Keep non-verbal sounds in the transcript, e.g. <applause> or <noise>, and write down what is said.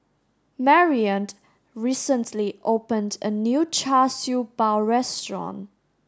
Marrion <unintelligible> recently opened a new Char Siew Bao restaurant